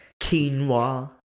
quinoa